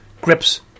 grips